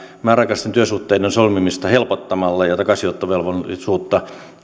määräaikaisten työsuhteiden solmimista helpottamalla ja ja takaisinottovelvollisuutta